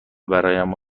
برایم